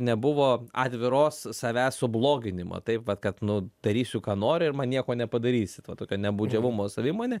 nebuvo atviros savęs subloginimo taip vat kad nu darysiu ką noriu ir man nieko nepadarysit va tokio nebaudžiamumo savimonė